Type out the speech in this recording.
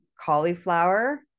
cauliflower